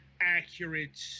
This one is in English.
accurate